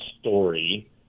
story